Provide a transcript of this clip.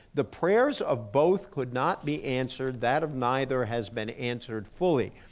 the prayers of both could not be answered that of neither has been answered fully.